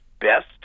best